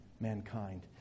mankind